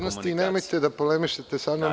Nemojte da polemišete sa mnom.